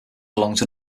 belonged